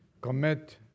commit